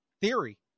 theory